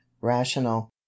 rational